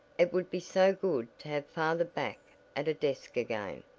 it would be so good to have father back at a desk again.